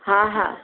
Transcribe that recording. हा हा